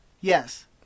Yes